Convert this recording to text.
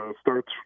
starts